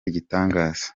igitangaza